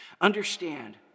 understand